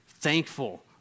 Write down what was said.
thankful